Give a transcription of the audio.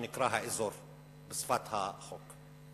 נקרא "האזור" בשפת החוק.